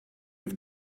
have